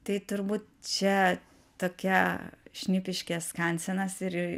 tai turbūt čia tokia šnipiškės skansenas ir